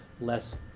less